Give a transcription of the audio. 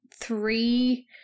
three